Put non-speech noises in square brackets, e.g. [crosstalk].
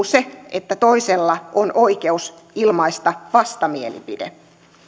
[unintelligible] se että toisella on oikeus ilmaista vastamielipide